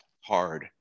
hard